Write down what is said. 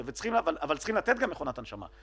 אבל צריכים לתת גם מכונת הנשמה.